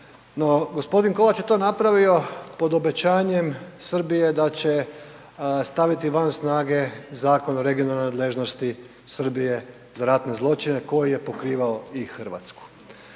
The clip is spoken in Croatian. No, g. Kovač je to napravio pod obećanjem Srbije da će staviti van snage Zakon o regionalnoj nadležnosti Srbije za ratne zločine koji je pokrivao i RH.